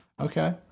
okay